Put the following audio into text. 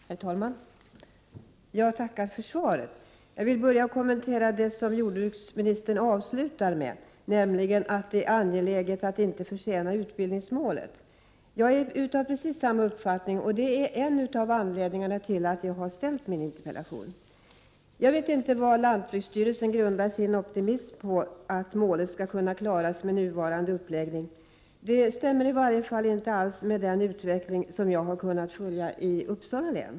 Herr talman! Jag tackar för svaret. Jag vill börja med att kommentera det som jordbruksministern avslutade med, nämligen att det är angeläget att inte försena utbildningsmålet. Jag är av precis samma uppfattning. Det är en av anledningarna till att jag har framställt denna interpellation. Jag vet inte på vad lantbruksstyrelsen behörighet att inköpa bekämpningsmedel grundar sin optimism att målet skall kunna klaras med nuvarande uppläggning. Det stämmer i varje fall inte alls med den utveckling jag har kunnat följa i Uppsala län.